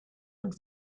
und